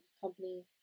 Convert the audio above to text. company